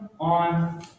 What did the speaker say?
on